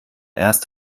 erst